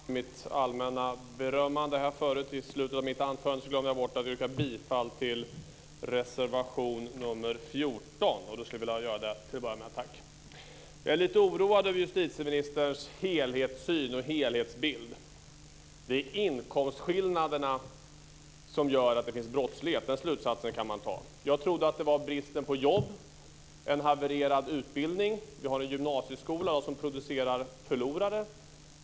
Fru talman! I mitt allmänna berömmande i slutet av mitt anförande glömde jag bort att yrka bifall till reservation nr 14, vilket jag härmed gör. Jag är lite oroad över justitieministerns helhetssyn och helhetsbild. Man kan dra slutsatsen att det är inkomstskillnaderna som gör att det finns brottslighet. Jag trodde att det berodde på bristen på jobb och en havererad utbildning. Vi har en gymnasieskolan som producerar förlorare.